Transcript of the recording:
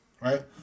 right